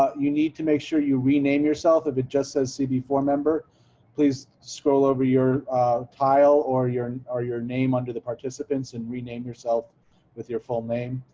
you need to make sure you rename yourself if it just says see before member please scroll over your tile or your and or your name under the participants and rename yourself with your full name.